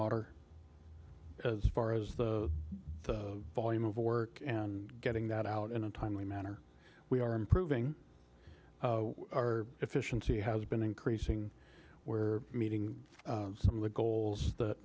water as far as the volume of work and getting that out in a timely manner we are improving our efficiency has been increasing where meeting some of the goals that